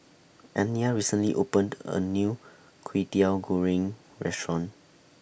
Anya recently opened A New Kwetiau Goreng Restaurant